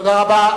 תודה רבה.